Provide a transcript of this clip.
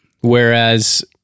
Whereas